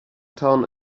town